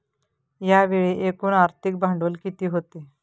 यावेळी एकूण आर्थिक भांडवल किती होते?